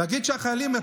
להגיד שהחיילים,